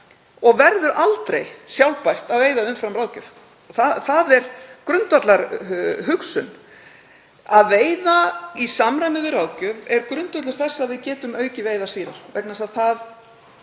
og verður aldrei sjálfbært að veiða umfram ráðgjöf. Það er grundvallarhugsun. Að veiða í samræmi við ráðgjöf er grundvöllur þess að við getum aukið veiðar síðar vegna þess að